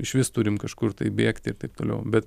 išvis turim kažkur tai bėgti ir taip toliau bet